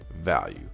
value